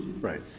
Right